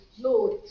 Lord